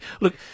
Look